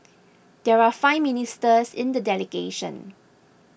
there are five ministers in the delegation